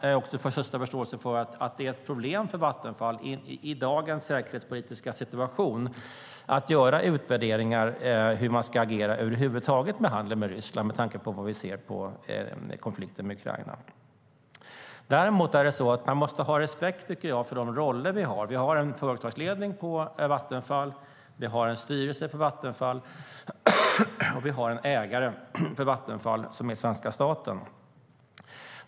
Jag har också den största förståelse för att det är ett problem för Vattenfall i dagens säkerhetspolitiska situation att göra utvärderingar när det gäller hur man ska agera över huvud taget i fråga om handeln med Ryssland, med tanke på konflikten med Ukraina. Däremot tycker jag att man måste ha respekt för de roller vi har. Vi har en företagsledning i Vattenfall. Vi har en styrelse i Vattenfall, och vi har en ägare av Vattenfall, som är svenska staten.